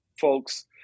folks